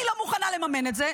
אני לא מוכנה לממן את זה.